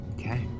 Okay